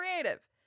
creative